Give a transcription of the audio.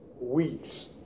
weeks